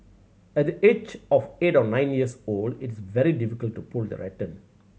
at the age of eight or nine years old it was very difficult to pull the rattan